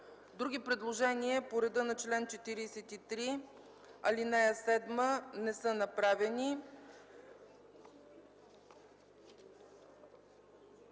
Други предложения по реда на чл. 43, ал. 7 не са направени.